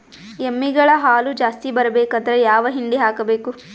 ಎಮ್ಮಿ ಗಳ ಹಾಲು ಜಾಸ್ತಿ ಬರಬೇಕಂದ್ರ ಯಾವ ಹಿಂಡಿ ಹಾಕಬೇಕು?